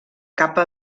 capa